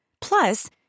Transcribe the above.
Plus